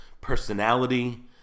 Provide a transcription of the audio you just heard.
personality